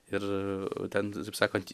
ir ten taip sakant